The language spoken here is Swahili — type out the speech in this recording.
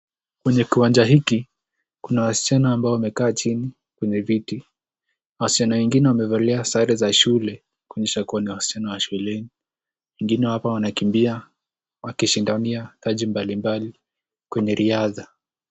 Kwenye kiwanja hiki kuna wasichana ambao wamekaa chini kwenye viti. Wasichana wengine wamevalia sare za shule kuonyesha kuwa ni wasichana wa shuleni. Wengine hapa wanakimbia wakishindania taji mbalimbali kwenye riadha.